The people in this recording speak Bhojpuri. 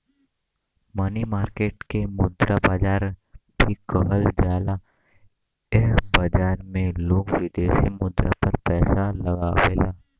मनी मार्केट के मुद्रा बाजार भी कहल जाला एह बाजार में लोग विदेशी मुद्रा पर पैसा लगावेलन